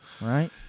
Right